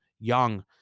young